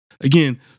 again